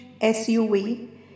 SUV